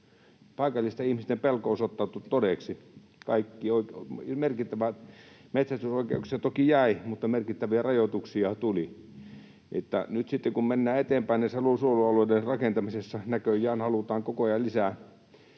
Paikallisten ihmisten pelko osoittautui todeksi. Metsästysoikeuksia toki jäi, mutta merkittäviä rajoituksia tuli. Että nyt sitten, kun mennään eteenpäin ja luonnonsuojelualueiden rakentamista näköjään halutaan koko ajan lisää,